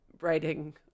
writing